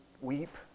weep